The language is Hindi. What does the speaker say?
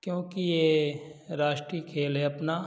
क्योंकि ये राष्ट्रीय खेल है अपना